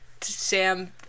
Sam